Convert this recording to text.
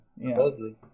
Supposedly